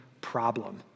problem